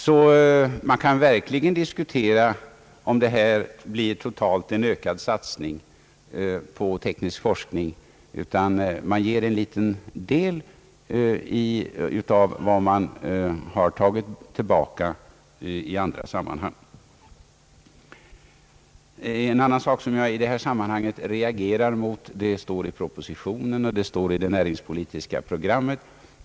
Man kan sålunda verkligen diskutera om det här totalt blir en ökad satsning på teknisk forskning. Man ger en liten del av vad man har tagit tillbaka i andra sammanhang. En annan sak, som jag i detta sammanhang reagerar mot, står i propositionen och det står i det näringspolitiska programmet.